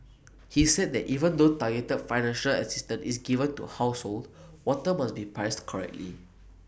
he said that even though targeted financial assistance is given to households water must be priced correctly